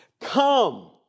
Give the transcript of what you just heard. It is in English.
Come